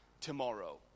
tomorrow